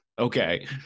Okay